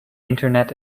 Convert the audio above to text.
internet